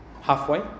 halfway